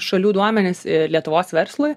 šalių duomenis ir lietuvos verslui